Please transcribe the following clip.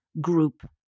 group